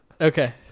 Okay